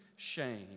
shame